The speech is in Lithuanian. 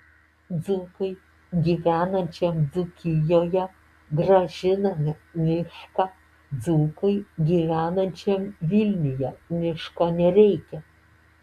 dzūkui gyvenančiam dzūkijoje grąžiname mišką dzūkui gyvenančiam vilniuje miško nereikia